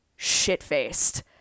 shit-faced